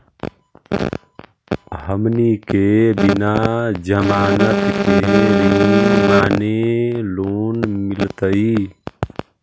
हमनी के बिना जमानत के ऋण माने लोन मिलतई?